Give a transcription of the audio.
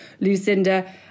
Lucinda